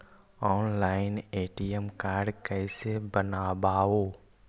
Online ATM card कैसे बनाबौ?